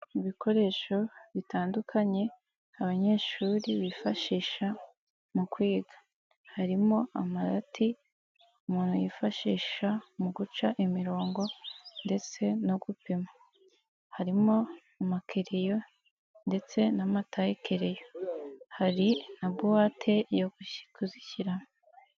Mu bikoresho bitandukanye abanyeshuri bifashisha mu kwiga, harimo amarati umuntu yifashisha mu guca imirongo ndetse no gupima, harimo amakereyo ndetse n'amatayekereyo, hari na buwate yo kuzishyiramo.